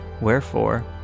wherefore